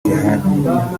gihana